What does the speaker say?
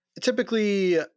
Typically